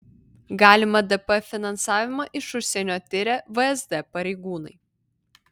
galimą dp finansavimą iš užsienio tiria vsd pareigūnai